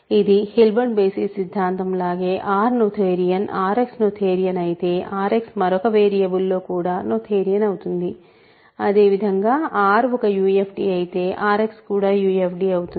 ఇది Hilbert basis సిద్ధాంతం లాగే R నోథేరియన్ RX నోథేరియన్ అయితే RX మరొక వేరియబుల్ లో కూడా నోథేరియన్ అవుతుంది అదేవిధంగా R ఒక UFD అయితే RX కూడా UFD అవుతుంది